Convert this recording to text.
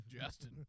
Justin